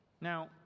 Now